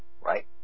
right